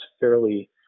fairly